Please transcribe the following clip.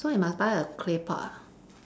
so you must buy a clay pot ah